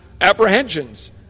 apprehensions